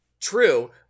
True